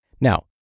Now